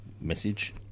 message